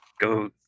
Go